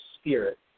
spirit